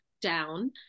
down